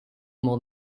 more